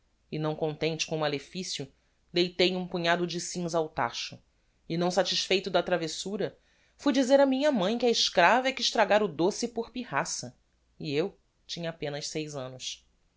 e não contente com o maleficio deitei um punhado de cinza ao tacho e não satisfeito da travessura fui dizer a minha mãe que a escrava é que estragára o doce por pirraça e eu tinha apenas seis annos